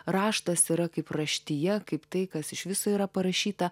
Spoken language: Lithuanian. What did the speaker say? raštas yra kaip raštija kaip tai kas iš viso yra parašyta